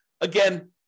Again